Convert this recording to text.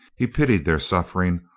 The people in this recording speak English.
he pitied their sufferings,